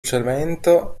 cemento